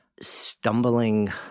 stumbling